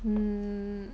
um